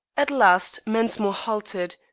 at last mensmore halted.